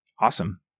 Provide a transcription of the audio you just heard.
awesome